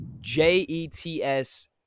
Jets